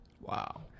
Wow